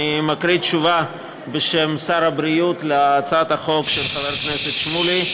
אני מקריא תשובה בשם שר הבריאות על הצעת חוק של חבר הכנסת שמולי.